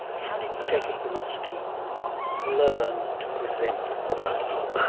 how did jacob bronowski learn to present on television?